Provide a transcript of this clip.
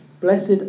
Blessed